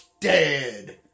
dead